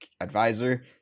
advisor